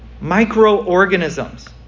microorganisms